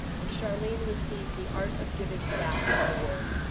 and charlene received the art of giving back award.